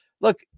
Look